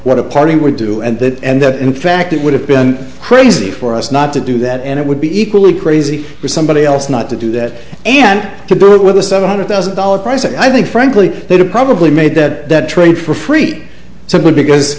what a party would do and that and that in fact it would have been crazy for us not to do that and it would be equally crazy for somebody else not to do that and to brew it with a seven hundred thousand dollars price i think frankly they'd have probably made that trade for free so good because